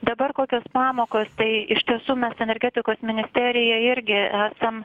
dabar kokios pamokos tai iš tiesų mes energetikos ministerija irgi esam